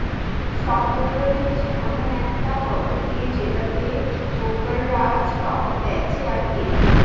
stock brokerage হচ্ছে এমন একটা পদ্ধতি যেটাতে ব্রোকাররা স্টক বেঁচে আর কেনে